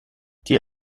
die